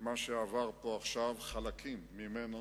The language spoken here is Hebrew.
מה שעבר פה עכשיו, חלקים ממנו